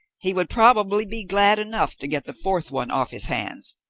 he would probably be glad enough to get the fourth one off his hands,